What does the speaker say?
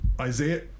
Isaiah